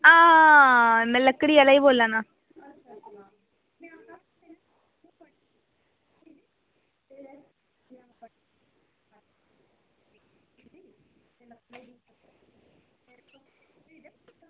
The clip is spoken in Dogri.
आं में लकड़ी आह्ला ई बोल्ला ना